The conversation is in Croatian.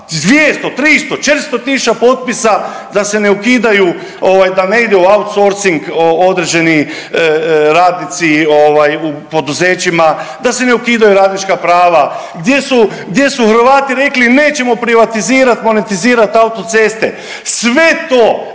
200, 300, 400 000 potpisa da se ne ukidaju, da ne idu u outsourcing određeni radnici u poduzećima, da se ne ukidaju radnička prava, gdje su Hrvati rekli nećemo privatizirati, monetizirati autoceste. Sve to